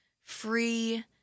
free